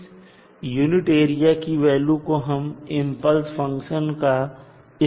इस unit area की value को हम इंपल्स फंक्शन का स्ट्रैंथ कहते हैं